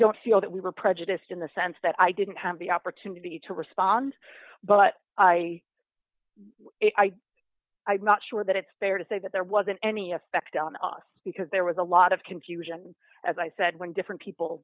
don't feel that we were prejudiced in the sense that i didn't have the opportunity to respond but i i'm not sure that it's fair to say that there wasn't any effect on us because there was a lot of confusion as i said when different people